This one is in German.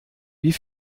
wie